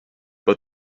but